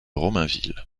romainville